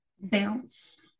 Bounce